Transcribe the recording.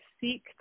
seek